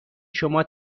شما